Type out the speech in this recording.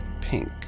pink